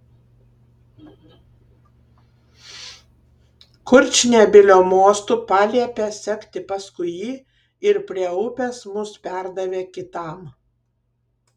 kurčnebylio mostu paliepė sekti paskui jį ir prie upės mus perdavė kitam